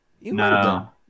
No